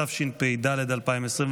התשפ"ד 2024,